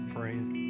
praying